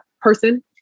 person